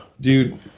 Dude